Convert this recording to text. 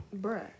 Bruh